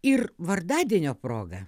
ir vardadienio proga